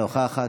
אינה נוכחת,